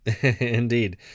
Indeed